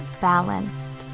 balanced